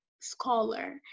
scholar